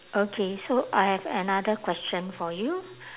okay so I have another question for you